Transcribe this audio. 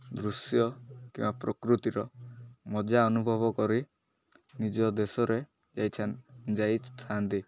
ଦୃଶ୍ୟ କିମ୍ବା ପ୍ରକୃତିର ମଜା ଅନୁଭବ କରି ନିଜ ଦେଶରେ ଯାଇଥାନ୍ତି